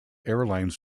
airline